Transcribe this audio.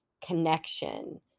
connection